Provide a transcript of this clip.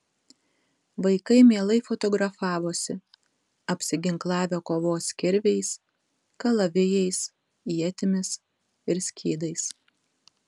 vaikai mielai fotografavosi apsiginklavę kovos kirviais kalavijais ietimis ir skydais